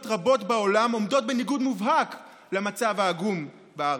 רבות בעולם עומדות בניגוד מובהק למצב העגום בארץ.